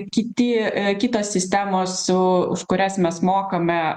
kiti kitos sistemos su už kurias mes mokame